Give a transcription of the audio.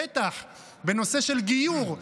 בטח בנושא של גיור,